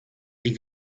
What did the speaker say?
die